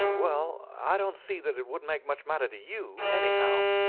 well, i don't see that it would make much matter to you, anyhow.